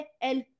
El